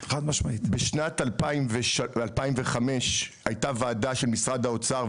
בשנת 2005 הייתה וועדה של משרד האוצר,